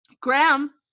Graham